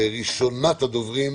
ראשונת הדוברים